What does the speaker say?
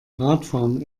radfahren